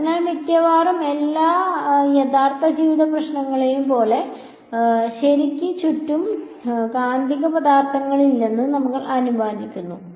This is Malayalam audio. അതിനാൽ മിക്കവാറും എല്ലാ യഥാർത്ഥ ജീവിത പ്രശ്നങ്ങളേയും പോലെ ശരിക്ക് ചുറ്റും കാന്തിക പദാർത്ഥങ്ങളൊന്നുമില്ലെന്ന് ഞങ്ങൾ അനുമാനിക്കുന്നു